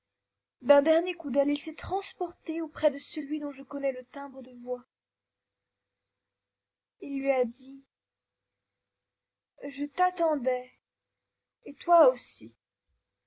d'un dernier coup d'aile il s'est transporté auprès de celui dont je connais le timbre de voix il lui a dit je t'attendais et toi aussi